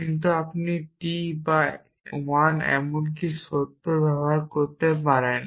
কিন্তু আপনি t বা 1 এমনকি সত্য ব্যবহার করতে পারেন